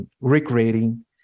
recreating